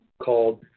called